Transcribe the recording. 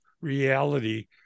reality